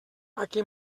aquí